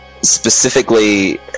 Specifically